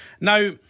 now